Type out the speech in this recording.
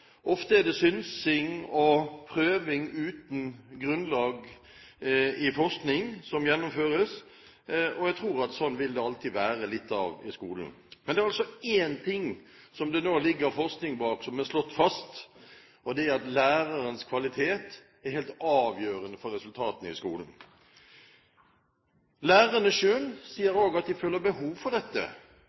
Ofte er det synsing og prøving uten grunnlag i forskning som gjennomføres. Jeg tror at det vil det alltid være litt av i skolen. Men det er altså én ting som det nå ligger forskning bak, som er slått fast, og det er at lærernes kvalitet er helt avgjørende for resultatene i skolen. Lærerne selv sier også at de føler behov for